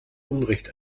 unrecht